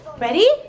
Ready